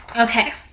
Okay